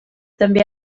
també